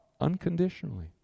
unconditionally